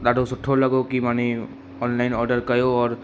ॾाढो सुठो लॻो की माना ऑनलाइन ऑडर कयो औरि